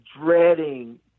dreading